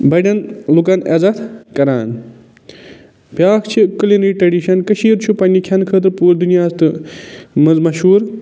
بَڑیٚن لُکَن عزت کران بیاکھ چھِ کٔلیٖنی ٹریڈشَن کٔشیٖر چھِ پَنٛنہِ کھیٚنہٕ خٲطرٕ پوٗرٕ دُنیاہَس تہٕ منٛز مہشوٗر